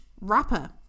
rapper